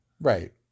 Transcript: Right